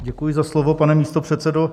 Děkuji za slovo, pane místopředsedo.